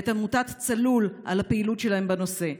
ואת עמותת צלול על הפעילות שלהם בנושא.